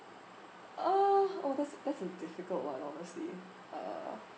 uh oh that's that's a difficult one honestly uh